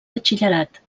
batxillerat